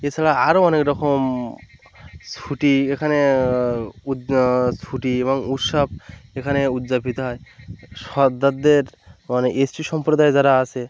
এছাড়া আরো অনেক রকম ছুটি এখানে উৎ ছুটি এবং উৎসব এখানে উদযাপিত হয় সর্দারদের মানে এসটি সম্প্রদায়ে যারা আছে